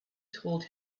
told